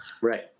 Right